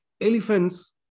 Elephants